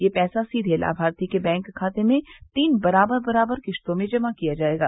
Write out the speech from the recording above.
ये पैसा सीधे लाभार्थी के बैंक खाते में तीन बराबर बराबर किश्तों में जमा किया जाएगा